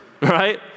right